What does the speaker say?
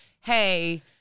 Hey